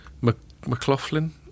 McLaughlin